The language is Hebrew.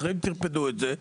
אחרי זה הם טרפדו את זה,